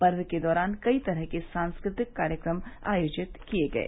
पर्व के दौरान कई तरह के सांस्कृतिक कार्यक्रम आयोजित किए गए